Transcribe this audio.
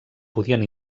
podien